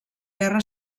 guerra